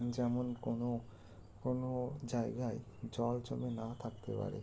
যেমন কোনো কোনো জায়গায় জল জমে না থাকতে পারে